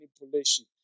manipulation